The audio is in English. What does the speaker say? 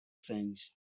things